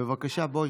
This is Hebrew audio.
בבקשה, בואי.